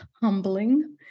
humbling